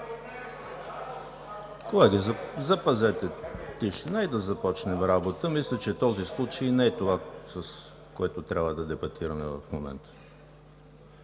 Колеги, запазете тишина и да започнем работа. Мисля, че този случай не е това, което трябва да дебатираме в момента.